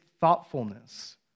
thoughtfulness